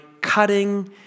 cutting